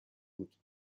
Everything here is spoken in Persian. بود